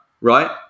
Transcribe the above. right